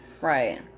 right